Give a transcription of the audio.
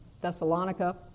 Thessalonica